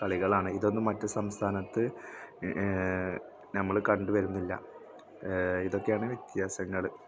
കളികളാണ് ഇതൊന്നും മറ്റ് സംസ്ഥാനത്ത് നമ്മൾ കണ്ട് വരുന്നില്ല ഇതൊക്കെയാണ് വ്യത്യാസങ്ങൾ